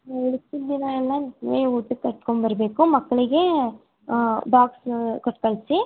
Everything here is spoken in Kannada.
ಇನ್ನು ಮಿಕ್ಕಿದ ದಿನ ಎಲ್ಲ ನೀವು ಊಟಕ್ಕೆ ಕಟ್ಕೊಂಡು ಬರಬೇಕು ಮಕ್ಕಳಿಗೆ ಬಾಕ್ಸ್ ಕೊಟ್ಟು ಕಳಿಸಿ